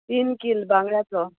तीन किल बांगडाचो